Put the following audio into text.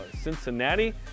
Cincinnati